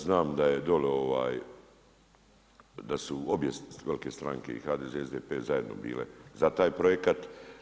Znam da je dole, da su obje velike stranke i HDZ i SDP zajedno bile za taj projekat.